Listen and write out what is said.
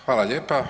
Hvala lijepa.